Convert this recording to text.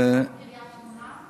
גם בקריית שמונה?